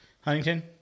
Huntington